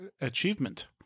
achievement